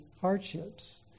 hardships